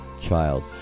child